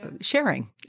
sharing